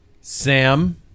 Sam